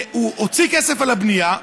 הוא הוציא כסף על הבנייה,